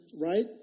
right